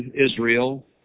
Israel